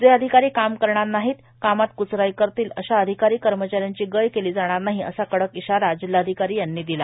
जे अधिकारी काम करणार नाहीत कामात कुंचराई करतील अशा अधिकारी कर्मचा यांची गय केली जाणार नाही असा कडक इशारा जिल्हाधिकारी यांनी दिला